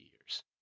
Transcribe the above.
years